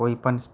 કોઈ પણ